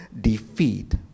defeat